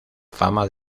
fama